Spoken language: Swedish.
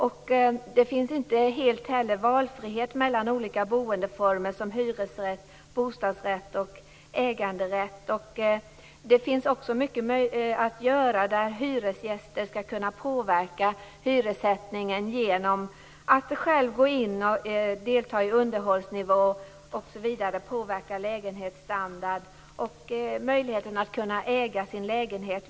Inte heller finns det full valfrihet mellan olika boendeformer som hyresrätt, bostadsrätt och äganderätt. Det finns också mycket att göra i fråga om hyresgästers möjlighet att påverka hyressättningen genom att själva gå in och delta i underhåll, deras möjlighet att påverka lägenhetsstandard och att kunna äga sin lägenhet.